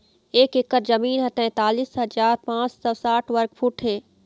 एक एकर जमीन ह तैंतालिस हजार पांच सौ साठ वर्ग फुट हे